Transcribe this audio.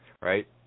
right